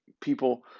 people